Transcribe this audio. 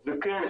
וכן,